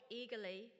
eagerly